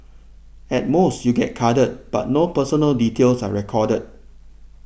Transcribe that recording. at most you get carded but no personal details are recorded